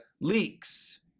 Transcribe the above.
leaks